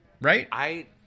right